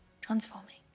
transforming